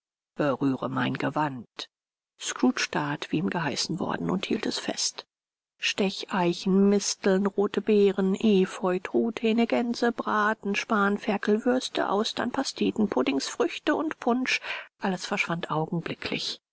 berühre mein gewand scrooge that wie ihm gesagt worden und hielt es fest stecheichen misteln rote beeren epheu truthähne gänse braten spanferkel würste austern pasteten puddings früchte und punsch alles verschwand augenblicklich